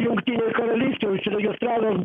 jungtinė karalystė užregistravo